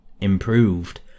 improved